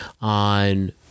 on